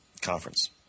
conference